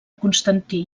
constantí